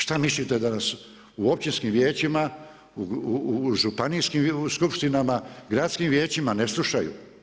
Šta mislite da nas u općinskim vijećima, u županijskim skupštinama, gradskim vijećima ne slušaju?